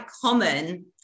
common